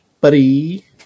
buddy